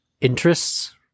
interests